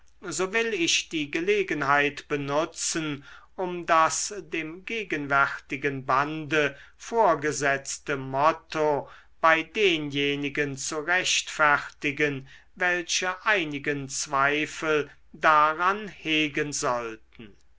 so will ich die gelegenheit benutzen um das dem gegenwärtigen bande vorgesetzte motto bei denjenigen zu rechtfertigen welche einigen zweifel daran hegen sollten